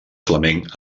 flamenc